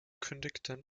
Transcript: kündigten